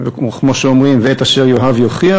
כמו שאומרים "ואת אשר יאהב יוכיח",